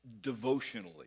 devotionally